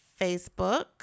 facebook